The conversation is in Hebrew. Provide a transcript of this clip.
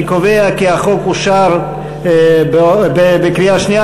אני קובע כי החוק אושר בקריאה שנייה.